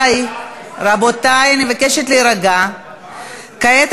הסתייגויות של קבוצת סיעת ישראל ביתנו, חברי